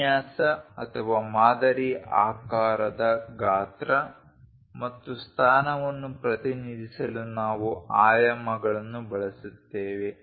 ವಿನ್ಯಾಸ ಅಥವಾ ಮಾದರಿ ಆಕಾರದ ಗಾತ್ರ ಮತ್ತು ಸ್ಥಾನವನ್ನು ಪ್ರತಿನಿಧಿಸಲು ನಾವು ಆಯಾಮಗಳನ್ನು ಬಳಸುತ್ತೇವೆ